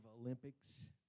Olympics